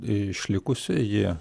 išlikusi ji